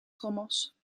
trommels